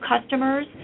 customers